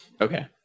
Okay